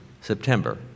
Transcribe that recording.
September